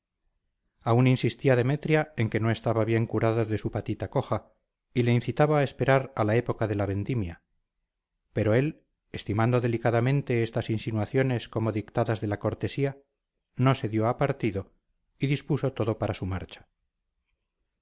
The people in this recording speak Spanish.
aún insistía demetria en que no estaba bien curado de su patita coja y le incitaba a esperar a la época de la vendimia pero él estimando delicadamente estas insinuaciones como dictadas de la cortesía no se dio a partido y dispuso todo para su marcha